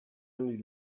only